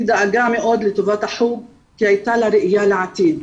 היא דאגה מאוד לטובת החוג כי הייתה לה ראייה לעתיד.